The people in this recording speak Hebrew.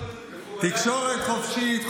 תקשורת חופשית,